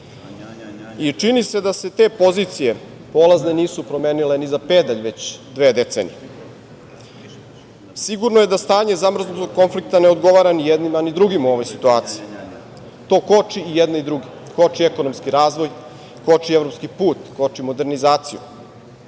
Čini se da se te polazne pozicije nisu promenile ni za pedalj već dve decenije. Sigurno je da stanje zamrznutog konflikta ne odgovara ni jednima, ni drugima u ovoj situaciji. To koči i jedne i druge. Koči i ekonomski razvoj, koči evropski put, koči modernizaciju.